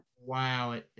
wow